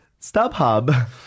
StubHub